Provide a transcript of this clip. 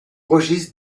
registre